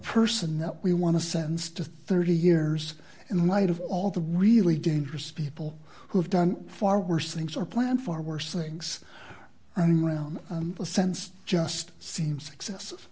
person that we want to sense to thirty years in light of all the really dangerous people who have done far worse things are planned far worse things around the sense just seems excess